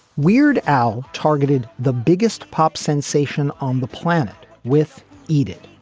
weird al targeted the biggest pop sensation on the planet with eat it.